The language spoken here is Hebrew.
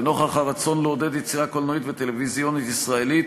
ונוכח הרצון לעודד יצירה קולנועית וטלוויזיונית ישראלית,